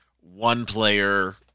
one-player